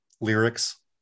lyrics